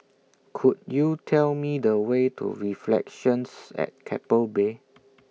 Could YOU Tell Me The Way to Reflections At Keppel Bay